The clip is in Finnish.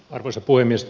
arvoisa puhemies